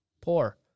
poor